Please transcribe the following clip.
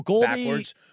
backwards